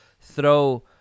throw